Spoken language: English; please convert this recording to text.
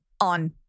on